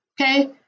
Okay